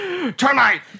Tonight